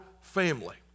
family